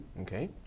Okay